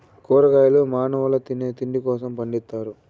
కూరగాయలు మానవుల తినే తిండి కోసం పండిత్తారు